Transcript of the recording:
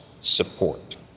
support